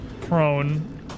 prone